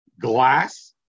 Glass